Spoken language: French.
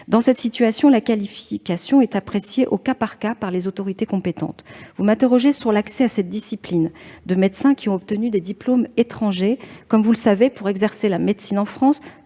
Dans cette situation, la qualification est donc appréciée au cas par cas par les autorités compétentes. Vous m'interrogez également sur l'accès à cette discipline de médecins ayant obtenu des diplômes étrangers. Comme vous le savez, pour exercer la médecine en France,